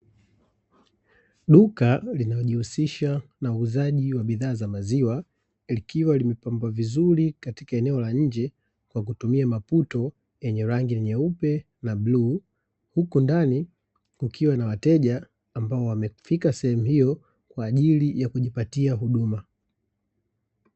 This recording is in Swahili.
Duka lenye kujihusisha na uuzaji wa bidhaa za maziwa, likiwa limepambwa vizuri katika eneo la nje kwa kutumia maputo yenye rangi nyeupe na bluu, huku ndani likiwa na wateja ambao wamefika sehemu hiyo kwa ajili ya kujipatia huduma hiyo.